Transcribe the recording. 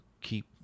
keep